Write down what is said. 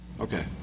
Okay